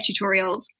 tutorials